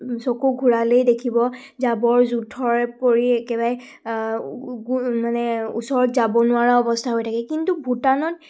চকু ঘূৰালে দেখিব জাবৰ জোঁথৰ পৰি একেবাৰে মানে ওচৰত যাব নোৱাৰা অৱস্থা হৈ থাকে কিন্তু ভূটানত